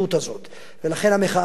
ולכן המחאה הזאת מוצדקת,